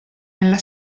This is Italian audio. nella